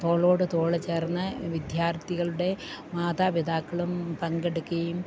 തോളോടുതോള് ചേർന്നു വിദ്യാർത്ഥികളുടെ മാതാപിതാക്കളും പങ്കെടുക്കുകയും